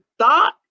thought